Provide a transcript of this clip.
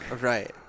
right